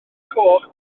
coch